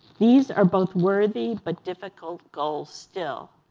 these are both worthy but difficult goals still.